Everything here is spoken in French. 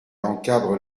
encadre